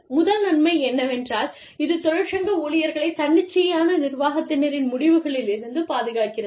முதல் நன்மை என்னவென்றால் இது தொழிற்சங்க ஊழியர்களைத் தன்னிச்சையான நிர்வாகத்தினரின் முடிவுகளிலிருந்து பாதுகாக்கிறது